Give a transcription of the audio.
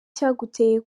cyaguteye